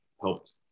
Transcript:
helped